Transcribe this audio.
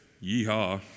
yee-haw